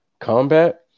combat